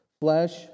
flesh